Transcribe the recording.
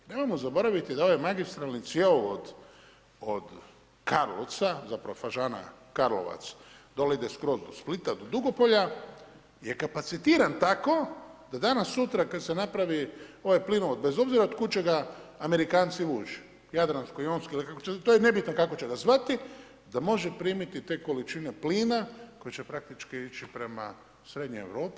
Nemojmo zaboraviti da ovaj magistralni cjevovod od Karlovca zapravo Fažana – Karlovac, dole ide skroz do Splita, Dugopolja je kapacitiran tako da danas sutra kad se napravi ovaj plinovod bez obzira kud će ga Amerikanci vući jadransko-jonski, to je nebitno kako će ga zvati, da može primiti te količine plina koje će praktički ići prema srednjoj Europi.